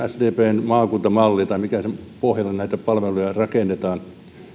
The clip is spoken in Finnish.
sdpn maakuntamalli tai minkä pohjalle näitä palveluja rakennetaan tämä